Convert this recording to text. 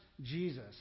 Jesus